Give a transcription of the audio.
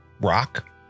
rock